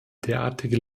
derartige